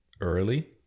early